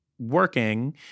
working